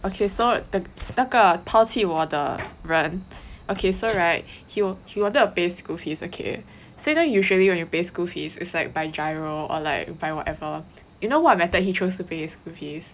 okay so the 那个抛弃我的人 okay so [right] he he wanted to pay school fees okay so then usually when you pay school fees it's like by GIRO or like by whatever you know what method he choose to pay school fees